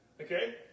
Okay